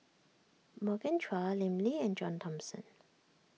Morgan Chua Lim Lee and John Thomson